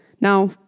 Now